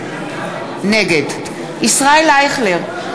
נגד ישראל אייכלר,